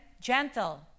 gentle